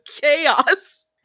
chaos